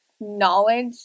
knowledge